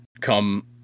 come